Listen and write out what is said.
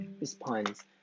response